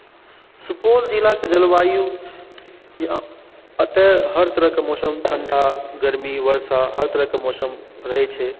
सुपौल जिलाके जलवायु एतय हर तरहके मौसम ठण्डा गर्मी वर्षा हर तरहकेँ मौसम रहैत छै